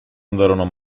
andarono